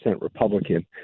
Republican